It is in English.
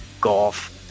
golf